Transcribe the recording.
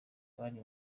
muri